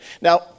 Now